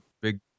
big